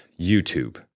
YouTube